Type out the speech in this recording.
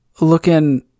looking